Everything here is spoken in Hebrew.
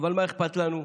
אבל מה אכפת לנו?